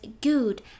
good